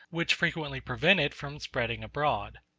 which frequently prevent it from spreading abroad.